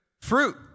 fruit